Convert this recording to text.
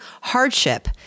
hardship